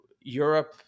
Europe